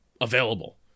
available